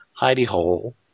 hidey-hole